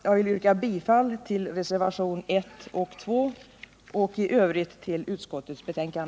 Jag yrkar bifall till reservationerna 1 och 2 och i övrigt till utskottets hemställan.